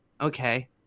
okay